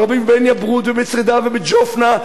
וערבים בעין-יברוד ובצרֵדה ובג'יפנה,